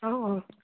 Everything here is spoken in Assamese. অ' অ'